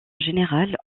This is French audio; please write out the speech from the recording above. général